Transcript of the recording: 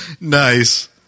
Nice